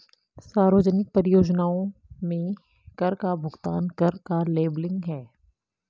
सार्वजनिक परियोजनाओं में कर का भुगतान कर का लेबलिंग है